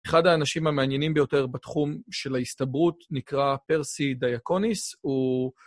אחד האנשים המעניינים ביותר בתחום של ההסתברות נקרא פרסי דייקוניס, הוא...